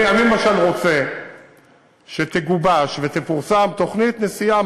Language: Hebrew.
אני למשל רוצה שתגובש ותפורסם תוכנית נסיעה,